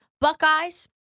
buckeyes